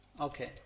Okay